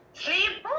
sleep